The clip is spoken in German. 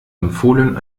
empfohlen